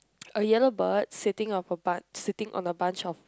a yellow bird sitting on a bun~ sitting on a bunch of